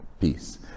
peace